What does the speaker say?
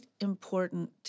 important